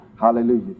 Hallelujah